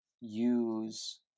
use